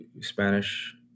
Spanish